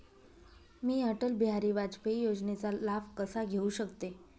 मी अटल बिहारी वाजपेयी योजनेचा लाभ कसा घेऊ शकते?